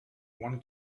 one